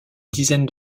dizaine